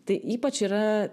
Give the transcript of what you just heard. tai ypač yra